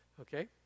Okay